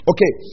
Okay